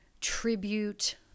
tribute